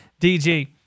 DG